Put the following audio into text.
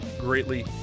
greatly